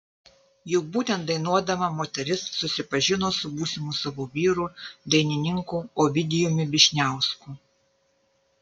juk būtent dainuodama moteris susipažino su būsimu savo vyru dainininku ovidijumi vyšniausku